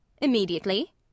immediately